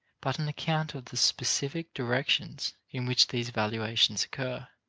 but an account of the specific directions in which these valuations occur.